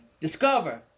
discover